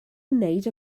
wneud